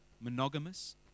monogamous